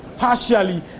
Partially